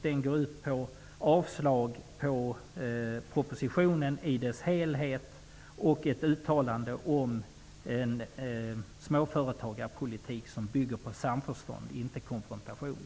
Den går ut på avslag på propositionen i dess helhet och ett uttalande om en småföretagarpolitik som bygger på samförstånd, inte konfrontation.